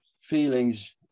feelings